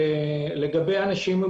לגבי אנשים עם